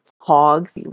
hogs